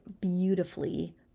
beautifully